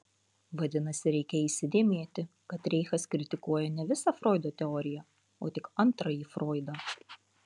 vadinasi reikia įsidėmėti kad reichas kritikuoja ne visą froido teoriją o tik antrąjį froidą